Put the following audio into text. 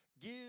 Give